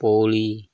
पोळी